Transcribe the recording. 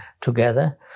together